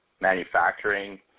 manufacturing